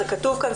זה כתוב כאן,